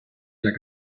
della